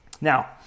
Now